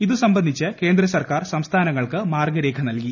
ഇതുസംബന്ധിച്ച് കേന്ദ്ര സർക്കാർ സംസ്ഥാനങ്ങൾക്ക് മാർഗരേഖ നൽകി